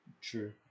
True